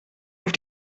auf